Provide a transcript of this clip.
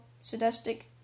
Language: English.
sadistic